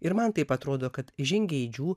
ir man taip atrodo kad žingeidžių